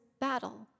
battle